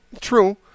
True